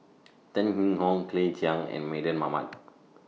Tan Yee Hong Claire Chiang and Mardan Mamat